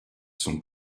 sont